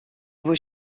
was